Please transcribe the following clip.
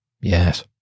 yes